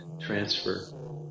transfer